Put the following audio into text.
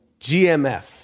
GMF